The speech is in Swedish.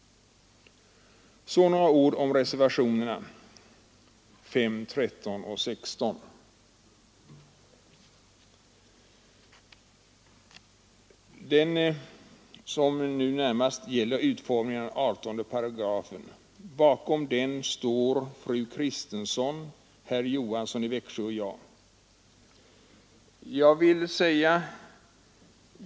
Så några ord om reservationerna 5, 13 och 16. Bakom reservationen 5, som gäller utformningen av 18 §, står fru Kristensson, herr Johansson i Växjö och jag.